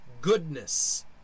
goodness